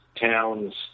towns